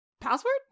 Password